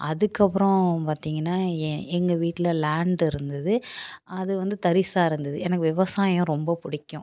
அதுக்கப்புறம் பார்த்திங்கன்னா என் எங்கள் வீட்டில் லேண்ட் இருந்தது அது வந்து தரிசாக இருந்தது எனக்கு விவசாயம் ரொம்ப பிடிக்கும்